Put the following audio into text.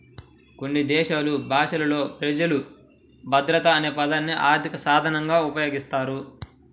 కొన్ని దేశాలు భాషలలో ప్రజలు భద్రత అనే పదాన్ని ఆర్థిక సాధనంగా ఉపయోగిస్తారు